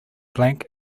blank